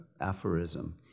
aphorism